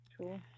Cool